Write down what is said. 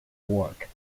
work